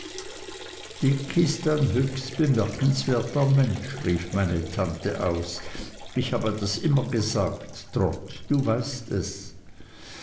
dick ist ein höchst bemerkenswerter mensch rief meine tante aus ich habe das immer gesagt trot du weißt es